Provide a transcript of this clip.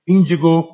Indigo